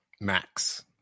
Max